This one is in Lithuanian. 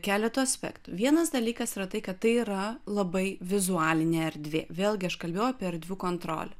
keletu aspektų vienas dalykas yra tai kad tai yra labai vizualinė erdvė vėlgi aš kalbėjau apie erdvių kontrolę